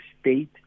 state